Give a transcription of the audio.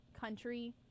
country